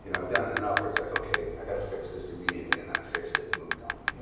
and i've done it enough where it's like, ok, i've got to fix this immediately. and then, i fixed it and moved on.